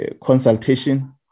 consultation